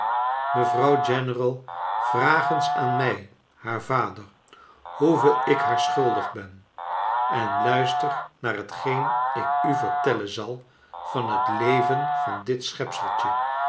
mevrouw general vraag eens aan mij haar vader hoeveel ik haar schuldig ben en luister naar hetgeen ik u vertellen zal van het leven van dit